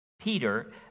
Peter